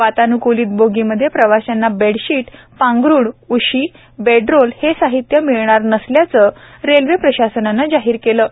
वातान्कूलित बोगीमध्ये प्रवाशांना बेडशीट पांघरूण उशी बेडरोल हे साहित्य मिळणार नसल्याचं रेल्वे प्रशासनानं जाहीर केलं आहे